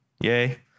Yay